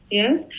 yes